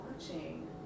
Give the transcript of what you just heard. watching